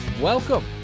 Welcome